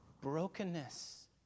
brokenness